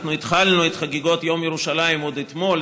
אנחנו התחלנו את חגיגות יום ירושלים עוד אתמול,